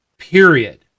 Period